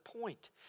point